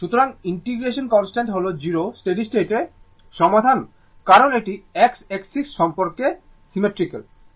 সুতরাং ইন্টিগ্রেশনের কনস্ট্যান্ট হল 0 স্টেডি স্টেট সমাধানে কারণ এটি X এক্সিস সম্পর্কে সিমেট্রিক্যাল